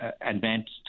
advanced